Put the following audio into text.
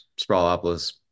sprawlopolis